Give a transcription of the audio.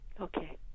Okay